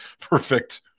perfect